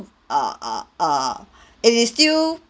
err err err it is still